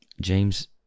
James